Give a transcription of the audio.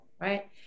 right